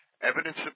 Evidence